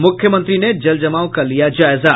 मुख्यमंत्री ने जलजमाव का लिया जायजा